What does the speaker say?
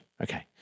Okay